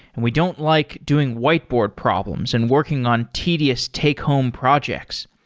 and we don't like doing whiteboard problems and working on tedious take home projects.